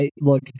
look